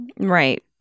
Right